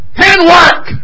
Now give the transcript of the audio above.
handwork